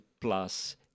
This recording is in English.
plus